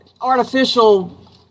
artificial